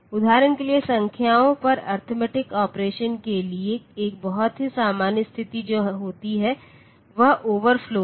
उदाहरण के लिए संख्याओं पर अरिथमेटिक ऑपरेशन के लिए एक बहुत ही सामान्य स्थिति जो होती है वह ओवरफ्लो है